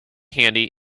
handy